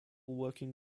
working